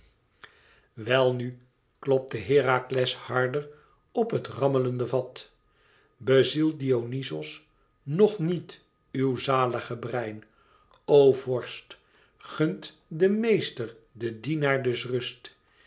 welnu klopte herakles harder op het rammelende vat bezielt dionyzos ng niet uw zalige brein o vorst gunt de meester den dienaar dus rust